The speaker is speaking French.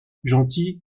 gentille